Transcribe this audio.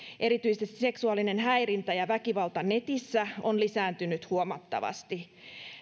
erityisesti seksuaalinen häirintä ja väkivalta netissä on lisääntynyt huomattavasti